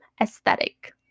aesthetic